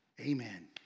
Amen